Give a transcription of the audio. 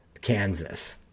Kansas